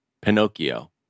Pinocchio